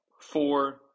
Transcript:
four